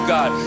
God